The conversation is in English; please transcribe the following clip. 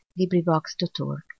LibriVox.org